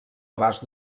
abast